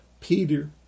Peter